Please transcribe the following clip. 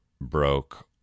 broke